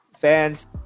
fans